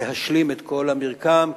להשלים את כל המרקם,